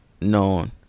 known